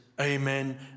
amen